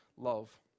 love